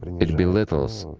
it belittles,